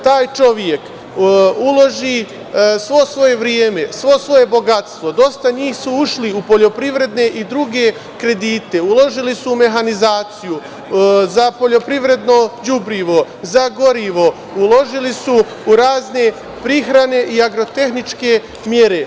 Taj čovek uloži sve svoje vreme, svo svoje bogatstvo, dosta njih su ušli u poljoprivredne i druge kredite, uložili su u mehanizaciju, za poljoprivredno đubrivo, za gorivo, uložili su u razne prehrane i agrotehničke mere.